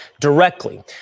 directly